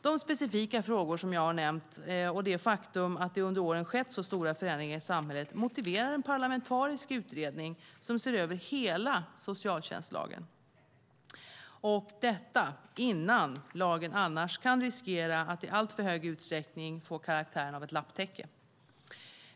De specifika frågor som jag har nämnt och det faktum att det under åren skett så stora förändringar i samhället motiverar en parlamentarisk utredning som ser över hela socialtjänstlagen - innan lagen riskerar att i alltför hög utsträckning få karaktären av ett lapptäcke.